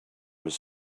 was